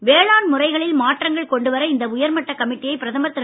இந்திய வேளாண் முறைகளில் மாற்றங்கள் கொண்டு வர இந்த உயர்மட்ட கமிட்டியை பிரதமர் திரு